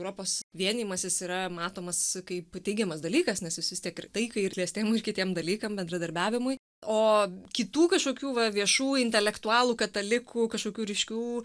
europos vienijimasis yra matomas kaip teigiamas dalykas nes jis vistiek ir taikai ir klestėjimuiir kitiem dalykam bendradarbiavimui o kitų kažkokių va viešų intelektualų katalikų kažkokių ryškių